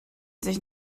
sich